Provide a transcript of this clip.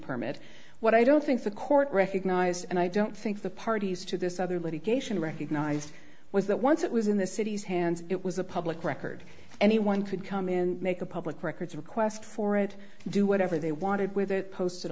permit what i don't think the court recognized and i don't think the parties to this other litigation recognized was that once it was in the city's hands it was a public record anyone could come in make a public records request for it do whatever they wanted with it post